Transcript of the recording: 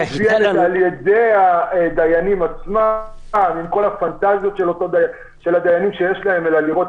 אדוני היושב ראש, גם מערכת בית המשפט היא מערכת